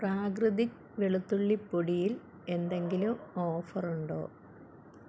പ്രാകൃതിക് വെളുത്തുള്ളി പൊടിയിൽ എന്തെങ്കിലും ഓഫർ ഉണ്ടോ